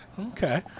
Okay